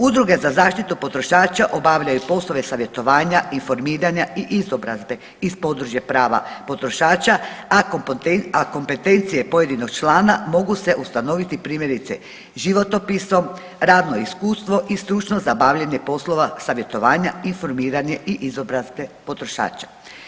Udruge za zaštitu potrošača obavljaju poslove savjetovanja, informiranja i izobrazbe iz područja prava potrošača, a kompetencije pojedinog člana mogu se ustanoviti primjerice životopisom, radno iskustvo i stručnost za obavljanje poslova savjetovanja, informiranje i izobrazbe potrošača.